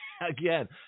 again